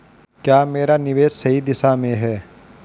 क्या मेरा निवेश सही दिशा में है?